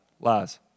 Lies